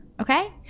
okay